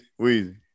Weezy